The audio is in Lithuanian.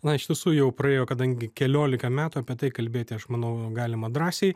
na iš tiesų jau praėjo kadangi keliolika metų apie tai kalbėti aš manau galima drąsiai